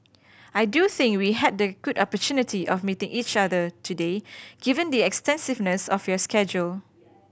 I do think we had the good opportunity of meeting each other today given the extensiveness of your schedule